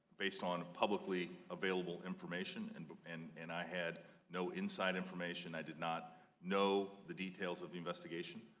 based on publicly available information and but and and i had no inside information. i did not know the details of the investigation.